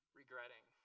regretting